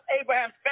Abraham's